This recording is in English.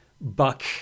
buck